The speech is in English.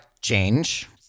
change